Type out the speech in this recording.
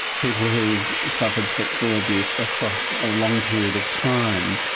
people who have suffered sexual abuse across a long period of time,